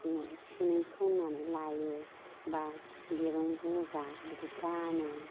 बिदिनो सुनै फोननानै लायो बा दिरुं गोजा बिदि गानो